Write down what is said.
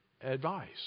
advice